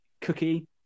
Cookie